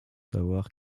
savoir